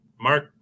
Mark